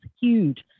huge